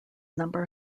number